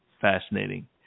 fascinating